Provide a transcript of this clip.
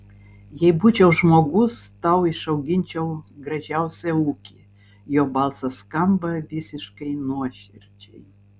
jei būčiau žmogus tau išauginčiau gražiausią ūkį jo balsas skamba visiškai nuoširdžiai